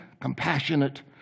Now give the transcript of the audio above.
compassionate